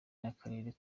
n’akarere